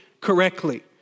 correctly